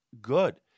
good